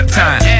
time